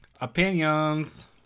Opinions